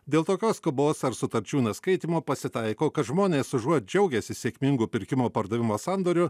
dėl tokios skubos ar sutarčių nuskaitymo pasitaiko kad žmonės užuot džiaugęsi sėkmingo pirkimo pardavimo sandoriu